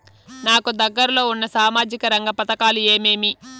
నాకు దగ్గర లో ఉన్న సామాజిక రంగ పథకాలు ఏమేమీ?